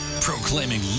Proclaiming